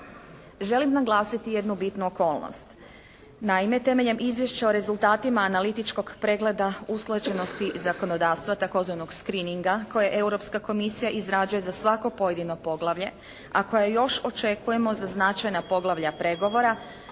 Želim naglasiti jednu bitnu okolnost. Naime, temeljem izvješća o rezultatima analitičkog pregleda usklađenosti zakonodavstva tzv. screeninga koje Europska komisija izrađuje za svako pojedino poglavlje a koje još očekujemo za značajna poglavlja pregovora